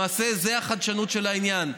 למעשה זו החדשנות של העניין,